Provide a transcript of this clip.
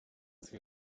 sie